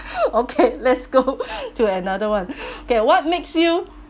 okay let's go to another one okay what makes you